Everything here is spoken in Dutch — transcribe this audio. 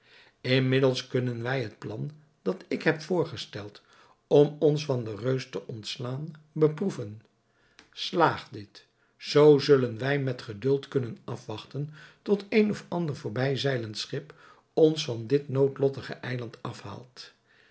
inmiddels kunnen wij het plan dat ik heb voorgesteld om ons van den reus te ontslaan beproeven slaagt dit zoo zullen wij met geduld kunnen afwachten tot een of ander voorbij zeilend schip ons van dit noodlottige eiland afhaalt